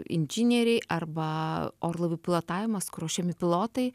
inžinieriai arba orlaivių pilotavimas kur ruošiami pilotai